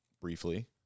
briefly